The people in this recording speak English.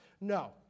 No